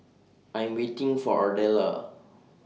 I Am waiting For Ardella